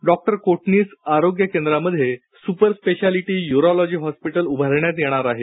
doctor Kotnis आरोग्य केंद्रामध्ये super speciality urology hospital उभारण्यात येणार आहे